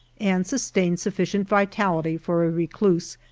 and sustained sufficient vitality for a recluse,